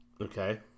Okay